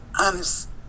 honest